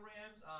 Rams